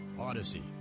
odyssey